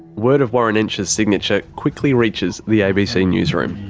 word of warren entsch's signature quickly reaches the abc newsroom.